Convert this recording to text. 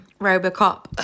Robocop